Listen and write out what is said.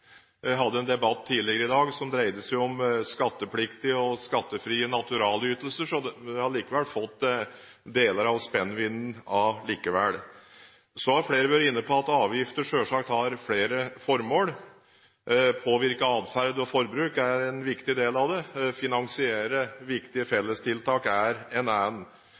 en debatt tidligere i dag som dreide seg om skattepliktige og skattefrie naturalytelser, så vi har fått deler av spennvidden likevel. Så har flere vært inne på at avgifter selvsagt har flere formål – å påvirke atferd og forbruk er en viktig del av det, å finansiere viktige fellestiltak er en